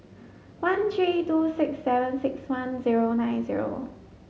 one three two six seven six one zero nine zero